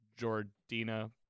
Jordina